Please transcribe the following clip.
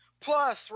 Plus